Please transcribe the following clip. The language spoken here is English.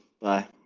bye